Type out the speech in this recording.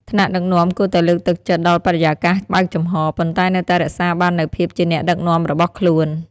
ថ្នាក់ដឹកនាំគួរតែលើកទឹកចិត្តដល់បរិយាកាសបើកចំហរ ប៉ុន្តែនៅតែរក្សាបាននូវភាពជាអ្នកដឹកនាំរបស់ខ្លួន។